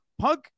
Punk